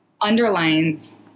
underlines